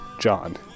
John